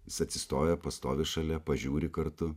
jisai atsistoja pastovi šalia pažiūri kartu